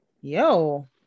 yo